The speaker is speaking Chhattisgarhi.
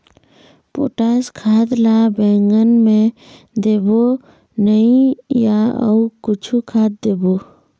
पोटास खाद ला बैंगन मे देबो नई या अऊ कुछू खाद देबो?